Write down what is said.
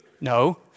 No